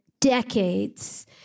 decades